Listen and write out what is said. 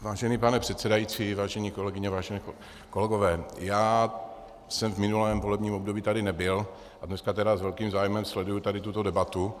Vážený pane předsedající, vážené kolegyně, vážení kolegové, já jsem v minulém volebním období tady nebyl a dneska tedy s velkým zájmem sleduji tuto debatu.